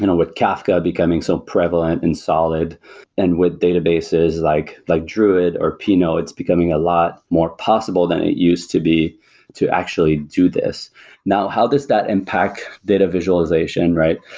you know with kafka becoming so prevalent and solid and with databases, like like druid or pinot, it's becoming a lot more possible than it used to be to actually do this now how does that impact data visualization, right?